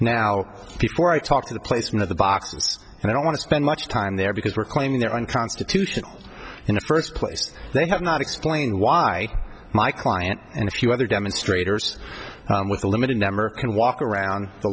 now before i talk to the placement of the boxes and i don't want to spend much time there because we're claiming they're unconstitutional in the first place they have not explained why my client and a few other demonstrators with a limited number can walk around the